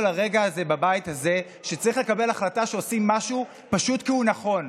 לרגע הזה בבית הזה שצריך לקבל החלטה שעושים משהו פשוט כי הוא נכון,